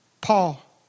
Paul